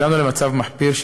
הגענו למצב מחפיר,